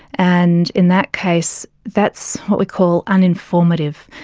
and in that case that's what we call uninformative.